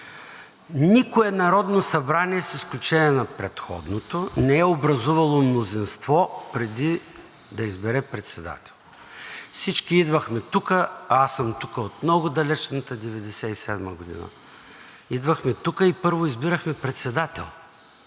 Никое Народно събрание с изключение на предходното не е образувало мнозинство, преди да избере председател. Всички идвахме тук, а аз съм тук от много далечната 1997 г., идвахме тук и първо избирахме председател.